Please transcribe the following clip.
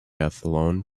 athlone